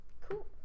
Cool